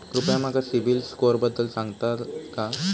कृपया माका सिबिल स्कोअरबद्दल सांगताल का?